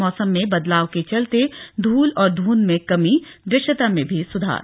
मौसम में बदलाव के चलते धूल और धुंध में कमी दृश्यता में भी सुधार